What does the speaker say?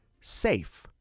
SAFE